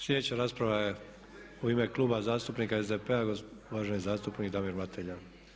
Sljedeća rasprava je u ime Kluba zastupnika SDP-a, uvaženi zastupnik Damir Mateljan.